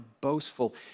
boastful